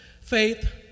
Faith